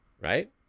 right